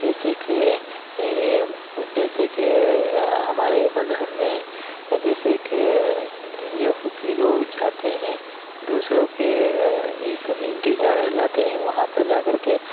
جیسے کہ جیسے کہ ہمارے ہی مذہب میں جیسے کہ یہودی لوگ جاتے ہیں دوسروں کے گرجا گھر جاتے ہیں وہاں پر جا کر کے